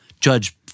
judge